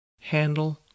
handle